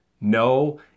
no